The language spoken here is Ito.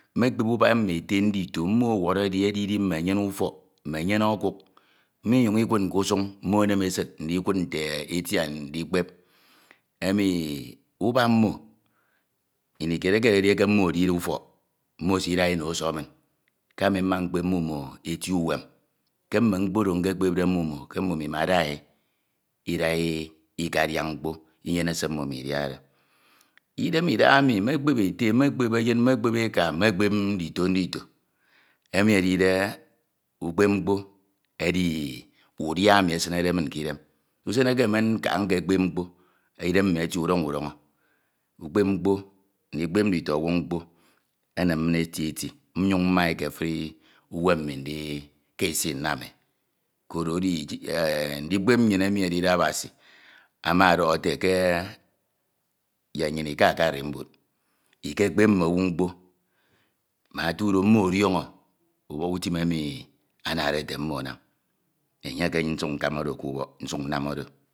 Mekpep ubak mme ete ndita mme ọwọrọ edidi mme enyene ufok, me enyene ọkuk. Mmo nnyuñ ikied min ke usuñ, mmo ekedide eke mmo edide ufok, mmo esida ewo ọsuk min. Ke ami mma mkpep mmimo eti uwem ke mme mkpe oro nkekpepde mmimo, ke mmimo imeda e ida ikadia mkpo inyene se mmimo idiade. Idan idahami mekpep eka, mekpep ndito ndito enu edide ukpep mkpo edi udia emi esinede min ke idam. Usen eke me nkaha nkekpep mkpo, idam mmi etie udọño udọño. Ukpep mkpo, ndikpep nditọñwọñ mkpo enem min eti eti, nniyin mname ke efuri uwem me ndika isi nnam e. Koro edi ndikpep nnyin enu edide Asabi ama ọdọhọlete ke yak nnyun lka ke arumbud ikekpep mme owu mkpo mak etudo mmo ọdiọñọ ubok utim anade ete mmo anam. Enye ke nsuk nkama oro ke ubọk nsuk nnam oro.